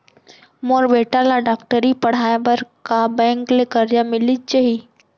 मोर बेटा ल डॉक्टरी पढ़ाये बर का बैंक ले करजा मिलिस जाही?